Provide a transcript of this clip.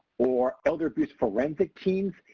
or elder abuse forensic teams.